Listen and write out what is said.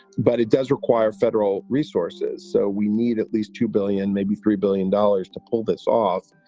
but it does require federal resources. so we need at least two billion, maybe three billion dollars to pull this off.